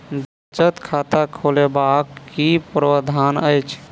बचत खाता खोलेबाक की प्रावधान अछि?